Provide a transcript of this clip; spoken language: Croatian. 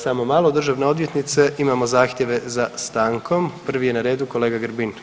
Samo malo državna odvjetnice imamo zahtjeve za stankom, prvi je na redu kolega Grbin.